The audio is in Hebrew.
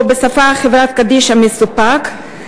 או בשפה של חברה קדישא "מסופק",